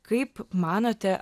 kaip manote